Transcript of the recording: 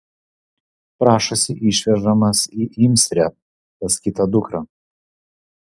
prašosi išvežamas į imsrę pas kitą dukrą